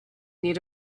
need